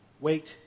Wait